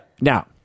Now